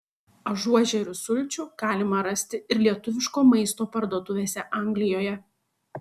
ažuožerių sulčių galima rasti ir lietuviško maisto parduotuvėse anglijoje